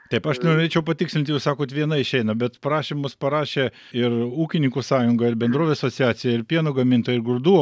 taip aš norėčiau patikslinti jūs sakot viena išeina bet prašymus parašė ir ūkininkų sąjunga ir bendrovių asociacija ir pieno gamintojų grūdų